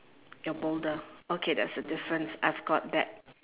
your boulder okay there is a difference I've got that